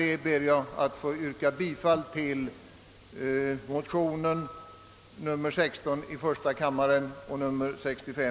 Jag ber att få yrka bifall till motionerna I: 16 och II: 65.